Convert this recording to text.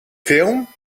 film